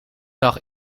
dag